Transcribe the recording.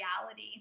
reality